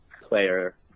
player